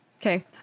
Okay